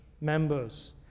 members